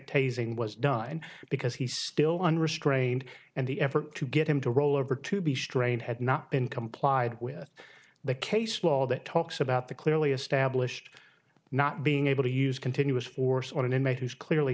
tasing was done because he still unrestrained and the effort to get him to roll over to be strained had not been complied with the case law that talks about the clearly established not being able to use continuous force on an inmate who's clearly